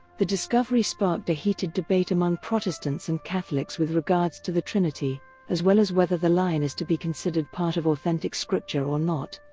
the discovery sparked a heated debate among protestants and catholics with regards to the trinity as well as whether the line is to be considered part of authentic scripture or not.